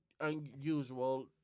unusual